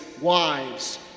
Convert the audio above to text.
wives